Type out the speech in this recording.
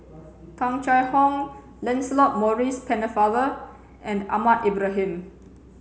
Tung Chye Hong Lancelot Maurice Pennefather and Ahmad Ibrahim